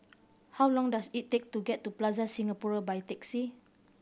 how long does it take to get to Plaza Singapura by taxi